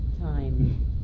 time